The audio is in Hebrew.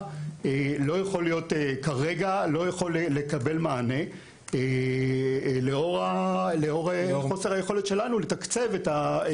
לא יכול כרגע לקבל מענה עקב חוסר היכולת שלנו לתקצב את הנושא הזה.